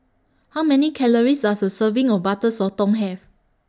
How Many Calories Does A Serving of Butter Sotong Have